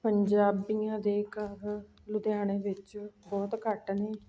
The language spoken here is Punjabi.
ਪੰਜਾਬੀਆਂ ਦੇ ਘਰ ਲੁਧਿਆਣੇ ਵਿੱਚ ਬਹੁਤ ਘੱਟ ਨੇ